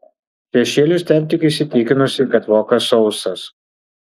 šešėlius tepk tik įsitikinusi kad vokas sausas